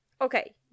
Okay